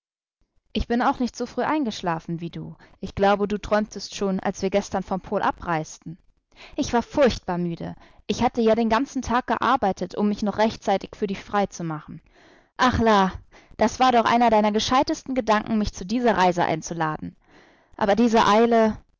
ich bin auch nicht so früh eingeschlafen wie du ich glaube du träumtest schon als wir gestern vom pol abreisten ich war furchtbar müde ich hatte ja den ganzen tag gearbeitet um mich noch rechtzeitig für dich freizumachen ach la das war doch einer deiner gescheitesten gedanken mich zu dieser reise einzuladen aber diese eile